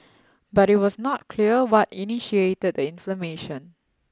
but it was not clear what initiated the inflammation